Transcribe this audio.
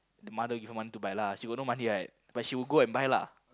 the mother give her money to buy lah she got no money right but she will buy lah